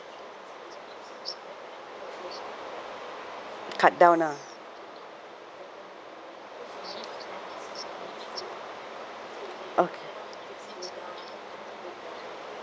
cut down ah okay